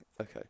Okay